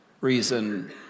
reason